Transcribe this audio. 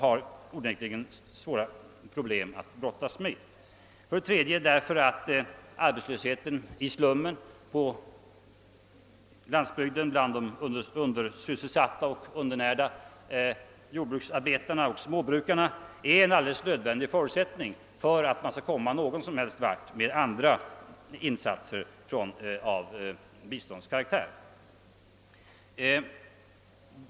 Det tredje skälet är att familjeplanering bland de arbetslösa i slummen och bland de undernärda och undersysselsatta jordbruksarbetarna och småbrukarna på landsbygden är en nödvändig förutsättning för att man skall komma någon vart med andra biståndsinsatser.